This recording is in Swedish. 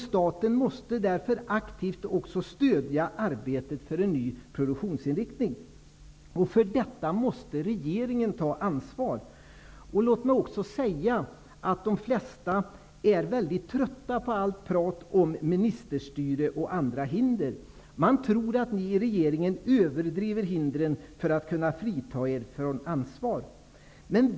Staten måste därför aktivt stödja arbetet för en ny produktionsinriktning. Regeringen måste ta ansvar för detta. De flesta är trötta på allt prat om ministerstyre och andra hinder. Man tror att ni i regeringen överdriver hindren för att kunna frita er från ansvar.